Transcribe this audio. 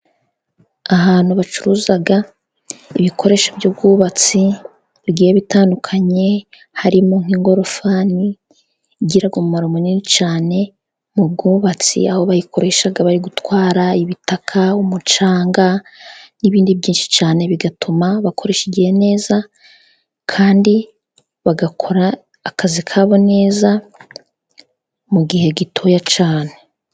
Ahantu bacuruza ibikoresho by'ubwubatsi bigiye bitandukanye, harimo nk'ingorofani igira umumaro munini cyane mu bwubatsi, aho bayikoresha bari gutwara ibitaka, umucanga n'ibindi byinshi cyane, bigatuma bakoresha igihe neza, kandi bagakora akazi kabo neza mu gihe gitoya cyane.